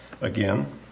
again